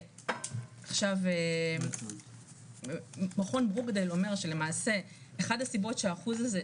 עכשיו מכון ברוקדייל אומר שלמעשה אחת הסיבות לאחוז הזה,